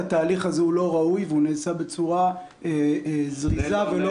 התהליך הזה לא ראוי ונעשה בצורה זריזה ולא